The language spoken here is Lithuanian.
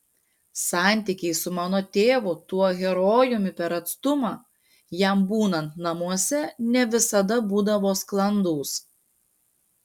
santykiai su mano tėvu tuo herojumi per atstumą jam būnant namuose ne visada būdavo sklandūs